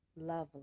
Lovely